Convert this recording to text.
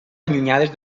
allunyades